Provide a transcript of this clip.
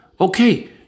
Okay